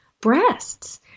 breasts